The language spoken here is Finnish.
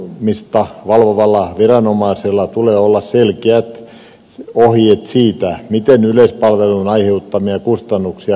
postilain toteutumista valvovalla viranomaisella tulee olla selkeät ohjeet siitä miten yleispalvelun aiheuttamia kustannuksia kohdistetaan